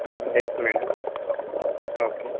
yes madam okay